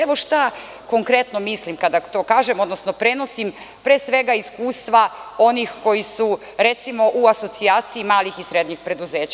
Evo šta konkretno mislim kada to kažem, odnosno prenosim pre svega iskustva onih koji su, recimo, u asocijaciji malih i srednjih preduzeća.